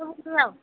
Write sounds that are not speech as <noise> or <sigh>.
<unintelligible>